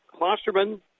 Klosterman